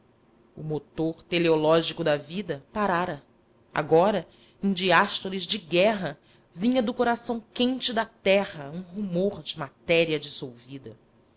o motor teleológico da vida parara agora em diástoles de guerra vinha do coração quente da terra um rumor de matéria dissolvida